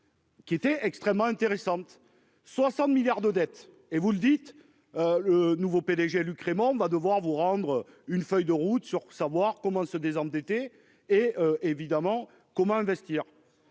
Qui était extrêmement intéressante, 60 milliards de dettes et vous le dites. Le nouveau PDG Luc Rémont va devoir vous rendre une feuille de route sur savoir comment se désendetter et évidemment, comme investir.